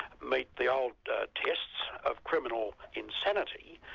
meet the old tests of criminal insanity,